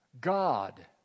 God